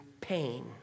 pain